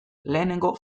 lehenengo